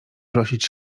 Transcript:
prosić